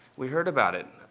we heard about it.